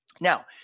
Now